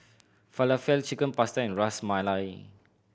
Falafel Chicken Pasta and Ras Malai